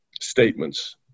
statements